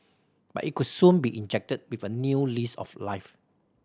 but it could soon be injected with a new lease of life